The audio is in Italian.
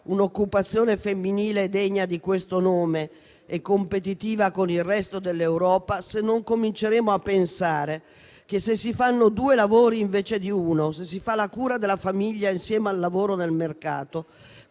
un'occupazione femminile degna di questo nome e competitiva con il resto dell'Europa se non cominceremo a pensare che, se si fanno due lavori invece di uno e se ci si occupa della cura della famiglia e si sta contemporaneamente